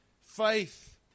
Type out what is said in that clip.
faith